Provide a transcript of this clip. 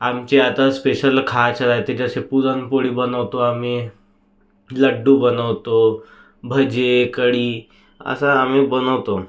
आमचे आता स्पेशल खायचे रहाते जसे पुरणपोळी बनवतो आम्ही लड्डू बनवतो भजे कढी असं आम्ही बनवतो